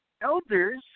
elders